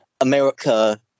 America